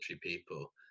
people